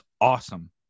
awesome